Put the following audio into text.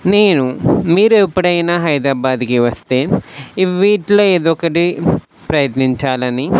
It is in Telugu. నేను మీరు ఎప్పుడైనా హైదరాబాద్కి వస్తే వీటిలో ఏదో ఒకటి ప్రయత్నించాలని